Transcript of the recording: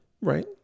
Right